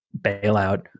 bailout